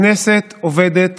הכנסת עובדת,